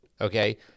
okay